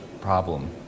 problem